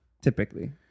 typically